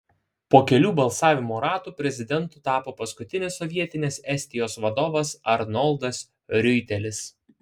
po kelių balsavimo ratų prezidentu tapo paskutinis sovietinės estijos vadovas arnoldas riuitelis